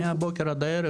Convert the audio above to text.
מהבוקר עד הערב,